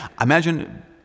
imagine